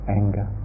anger